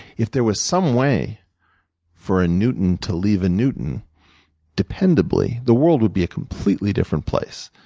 if there was some way for a newton to leave a newton dependably, the world would be a completely different place.